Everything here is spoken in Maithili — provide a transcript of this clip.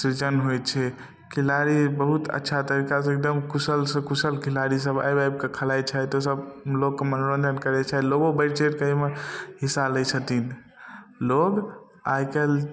सृजन होइ छै खेलाड़ी बहुत अच्छा तरीकासँ एकदम कुशलसँ कुशल खेलाड़ीसभ आबि आबिकऽ खेलाइ छथि ओसभ लोकके मनोरञ्जन करै छै लोको बढ़ि चढ़िकऽ एहिमे हिस्सा लै छथिन लोक आइकाल्हि